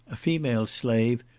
a female slave,